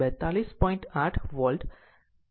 8 o volt આવી રહ્યું છે